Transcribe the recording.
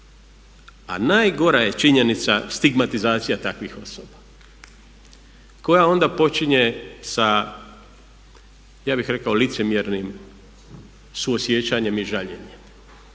A najgora je činjenica stigmatizacija takvih osoba koja onda počinje sa ja bih rekao licemjernim suosjećanjem i žaljenjem.